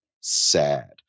sad